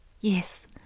Yes